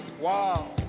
Wow